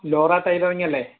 ലോറാ റ്റെയിലറിങ്ങല്ലേ